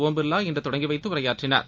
ஒம்பிர்வா இன்று தொடங்கி வைத்து உரையாற்றினார்